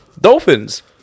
dolphins